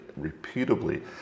repeatably